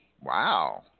Wow